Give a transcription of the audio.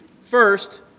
first